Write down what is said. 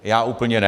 Já úplně ne.